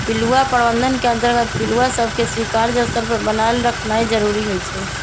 पिलुआ प्रबंधन के अंतर्गत पिलुआ सभके स्वीकार्य स्तर पर बनाएल रखनाइ जरूरी होइ छइ